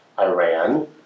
Iran